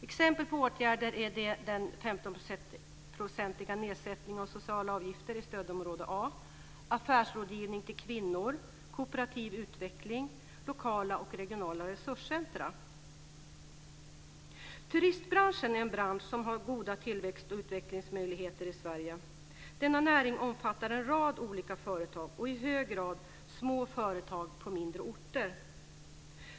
Exempel på åtgärder är den 15-procentiga nedsättningen av sociala avgifter i stödområde A, affärsrådgivning till kvinnor, kooperativ utveckling, lokala och regionala resurscentrum. Turistbranschen är en bransch med goda tillväxtoch utvecklingsmöjligheter i Sverige. Denna näring omfattar en rad olika företag, i hög grad små företag på mindre orter.